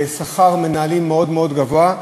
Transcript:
ושכר מנהלים מאוד מאוד גבוה,